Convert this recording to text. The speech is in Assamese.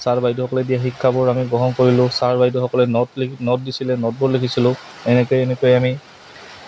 ছাৰ বাইদেউসকলে দিয়া শিক্ষাবোৰ আমি গ্ৰহণ কৰিলোঁ ছাৰ বাইদেউসকলে নোট লি নোট দিছিলে নোটবোৰ লিখিছিলোঁ এনেকৈ এনেকৈ আমি